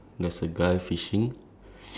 okay so that's another difference